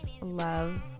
love